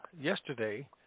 yesterday